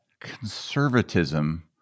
conservatism